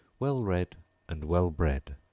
well read and well bred.